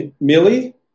Millie